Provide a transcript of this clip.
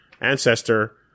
ancestor